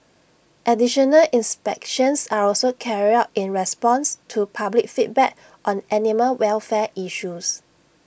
additional inspections are also carried out in response to public feedback on animal welfare issues